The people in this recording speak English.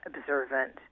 observant